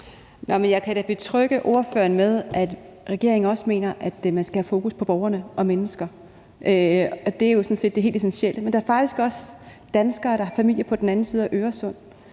Jeg kan da betrygge ordføreren med, at regeringen også mener, at man skal have fokus på borgerne og mennesker. Det er jo sådan set det helt essentielle. Men der er faktisk også danskere, der har familie på den anden side af Øresund,